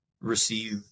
receive